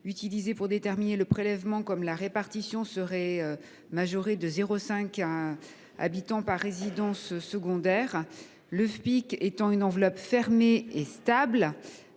utilisés pour déterminer le prélèvement comme la répartition serait majorée de 0,5 habitant par résidence secondaire dans ces communes. Le Fpic étant une enveloppe fermée et stable,